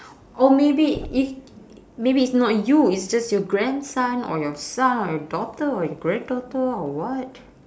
or maybe i~ maybe it's not you it's just your grandson or your son or your daughter or your granddaughter or what